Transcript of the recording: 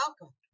welcome